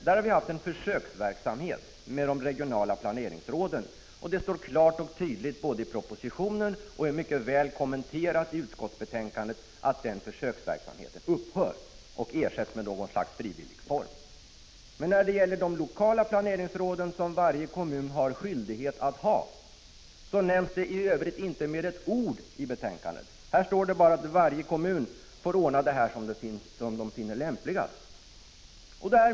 Där har vi haft en försöksverksamhet med de regionala planeringsråden, och det står klart och tydligt i propositionen och är mycket väl kommenterat i utskottsbetänkandet att den försöksverksamheten upphör och ersätts med något slags frivillig form. Men de lokala planeringsråden, som varje kommun har skyldighet att ha, nämns i Övrigt inte med ett ord i betänkandet. Det står bara, att varje kommun får ordna detta som den finner lämpligast.